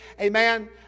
amen